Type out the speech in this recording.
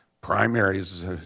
primaries